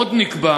עוד נקבע